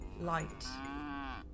light